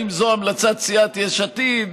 אולי זו המלצת סיעת המחנה הציוני.